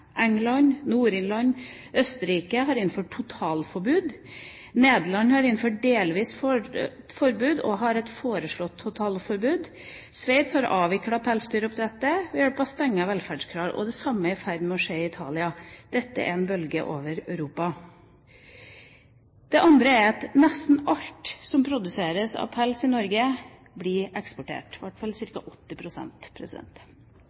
England, Nord-Irland og Østerrike har innført totalforbud. Nederland har innført delvis forbud og foreslått totalforbud. Sveits har avviklet pelsdyroppdrettet ved hjelp av strengere velferdskrav. Det samme er i ferd med å skje i Italia. Dette er en bølge over Europa. Nesten alt som produseres av pels i Norge, blir eksportert – i hvert fall